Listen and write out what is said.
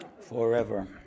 Forever